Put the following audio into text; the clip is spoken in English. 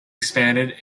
expanded